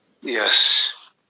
Yes